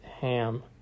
Ham